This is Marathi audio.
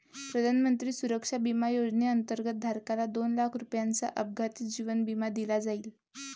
प्रधानमंत्री सुरक्षा विमा योजनेअंतर्गत, धारकाला दोन लाख रुपयांचा अपघाती जीवन विमा दिला जाईल